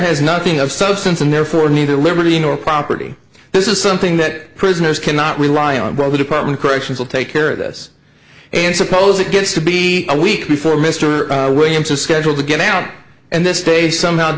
has nothing of substance and therefore neither liberty or property this is something that prisoners cannot rely on broadway department corrections will take care of this and suppose it gets to be a week before mr williams is scheduled to get out and this day somehow